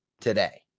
today